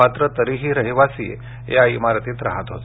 मात्र तरीही रहिवासी या इमारतीत राहत होते